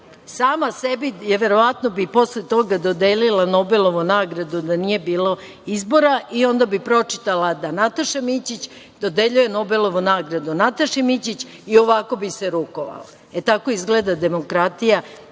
Sama sebi bi posle toga dodela Nobelovu nagradu da nije bilo izbora i onda bi pročitala da Nataša Mićić dodeljuje Nobelovu nagradu Nataši Mićić i ovako bi se rukovala. Tako izgleda demokratija